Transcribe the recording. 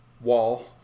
wall